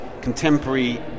contemporary